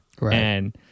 Right